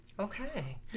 Okay